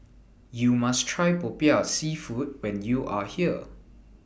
YOU must Try Popiah Seafood when YOU Are here